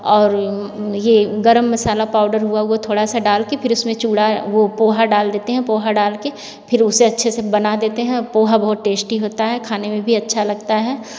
और ये गरम मसाला पाउडर हुआ वो थोड़ा सा डालके फिर उसमें चूड़ा है वो पोहा डाल देते हैं पोहा डाल के फिर उसे अच्छे से बना देते हैं पोहा बहुत टेस्टी होता है खाने में भी अच्छा लगता है